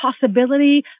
possibility